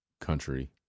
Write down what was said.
country